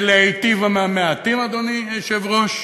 של להיטיב עם המעטים, אדוני היושב-ראש,